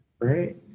right